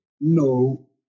no